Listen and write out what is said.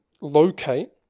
locate